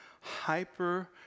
hyper